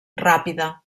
ràpida